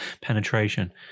penetration